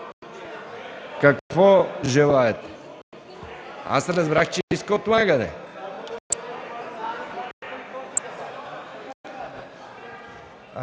какво желаете? Аз разбрах, че иска отлагане.